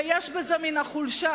ויש בזה מן החולשה,